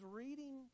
reading